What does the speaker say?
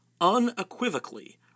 unequivocally